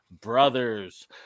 brothers